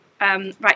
Right